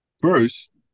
First